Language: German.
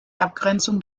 abgrenzung